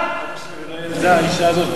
על האשה הזאת.